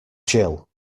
jill